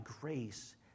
grace